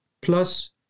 Plus